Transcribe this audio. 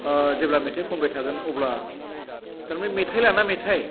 जेब्ला मेथाइ खनबाय थागोन अब्ला थारमानि मेथाइ लाना मेथाइ